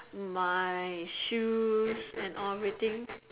my shoes and everything